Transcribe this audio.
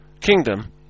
kingdom